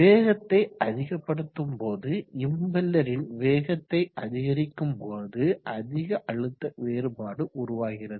வேகத்தை அதிகப்படுத்தும் போது இம்பெல்லரின் வேகத்தை அதிகரிக்கும்போது அதிக அழுத்த வேறுபாடு உருவாகிறது